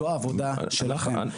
זו העבודה שלכם.